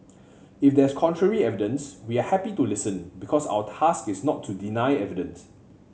if there's contrary evidence we are happy to listen because our task is not to deny evidence